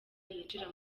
yinjira